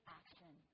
action